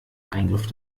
eingriff